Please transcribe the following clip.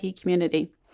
community